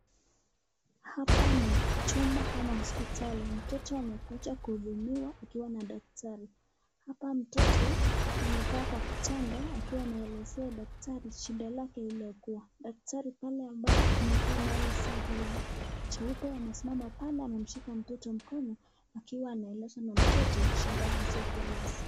Hapa ni chumba ama hospitali. Mtoto amekuja kuhudumiwa akiwa na daktari. Hapa mtoto amekaa kwa kitanda akiwa anaelezea daktari shida lake lililokuwa. Daktari pale ambapo amevaa naye sare ya jeupe amesimama pale, amemshika mtoto mkono akiwa anaelezwa na mtoto shida alizokuwa nazo.